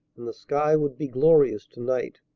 and the sky would be glorious to-night.